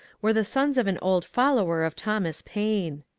were the sons of an old follower of thomas paine!